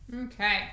Okay